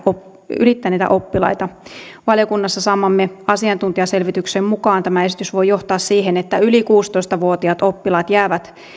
ylittäneitä oppilaita valiokunnassa saamamme asiantuntijaselvityksen mukaan tämä esitys voi johtaa siihen että yli kuusitoista vuotiaat oppilaat jäävät